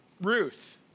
Ruth